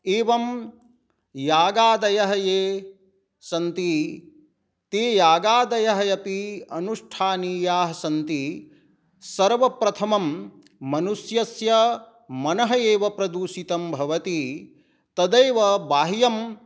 एवं यागादयः ये सन्ति ते यागादयः अपि अनुष्ठानीयाः सन्ति सर्वप्रथमं मनुष्यस्य मनः एव प्रदूषितं भवति तदैव बाह्यं